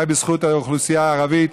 אולי בזכות האוכלוסייה הערבית,